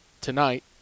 tonight